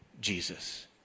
Jesus